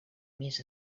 més